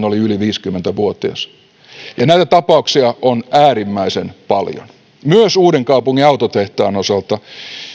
oli yli viisikymmentä vuotias näitä tapauksia on äärimmäisen paljon myös uudenkaupungin autotehtaan osalta